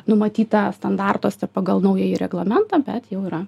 numatyta standartuose pagal naująjį reglamentą bet jau yra